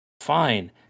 Fine